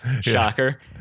shocker